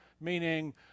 meaning